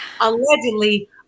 allegedly